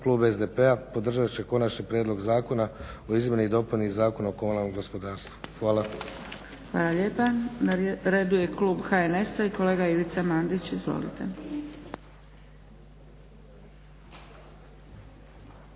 klub SDP-a podržat će konačni prijedlog izmjena o izmjeni i dopuni Zakona o komunalnom gospodarstvu. Hvala. **Zgrebec, Dragica (SDP)** Hvala lijepa. Na redu je klub HNS-a i kolega Ivica Mandić. Izvolite.